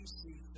see